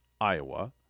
Iowa